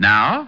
Now